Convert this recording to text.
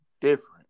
different